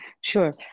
Sure